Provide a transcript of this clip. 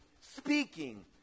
speaking